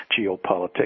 geopolitics